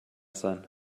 sein